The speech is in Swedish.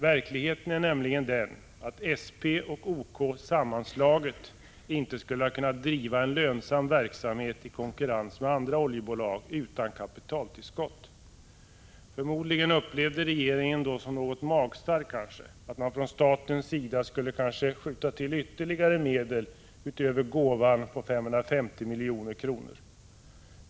Verkligheten är nämligen den att SP och OK sammanslagna inte skulle ha kunnat driva en lönsam verksamhet i konkurrens med andra oljebolag utan kapitaltillskott. Förmodligen upplevde regeringen det då som något magstarkt att man från statens sida skulle tillskjuta ytterligare medel, utöver gåvan på 550 milj.kr.